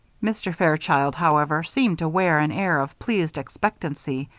mr. fairchild, however, seemed to wear an air of pleased expectancy,